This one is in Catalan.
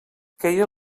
queia